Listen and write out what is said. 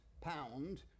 pound